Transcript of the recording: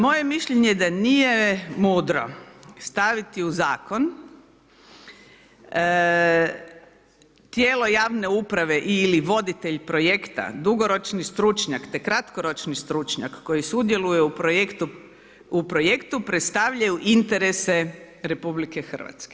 Moje je mišljenje da nije mudro staviti u zakon tijelo javne uprave ili voditelj projekta, dugoročni stručnjak, te kratkoročni stručnjak koji sudjeluje u projektu, u projektu predstavljaju interese RH.